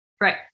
Right